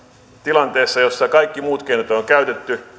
tilanteessa jossa kaikki muut keinot on on käytetty